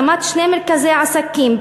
הקמת שני מרכזי עסקים,